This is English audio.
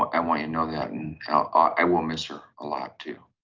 i want you to know that and i will miss her a lot too.